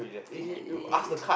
is it is it